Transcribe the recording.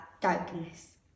darkness